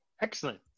Excellent